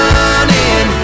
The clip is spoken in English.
Running